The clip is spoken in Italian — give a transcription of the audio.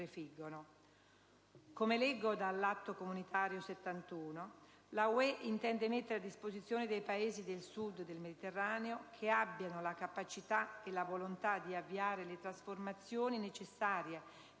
Come leggo dall'atto comunitario n. 71, la UE «intende mettere a disposizione dei Paesi del Sud del Mediterraneo, che abbiano la capacità e la volontà di avviare le trasformazioni necessarie